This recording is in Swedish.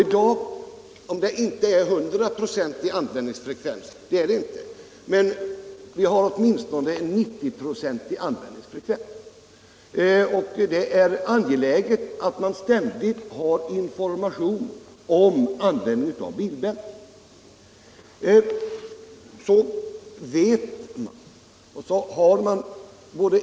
I dag är det inte 100-procentig men åtminstone 90-procentig användingsfre Nr 32 kvens, och det är viktigt att man ständigt ger information om det angelägna i användningen av bilbälte.